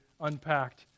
unpacked